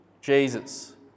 Jesus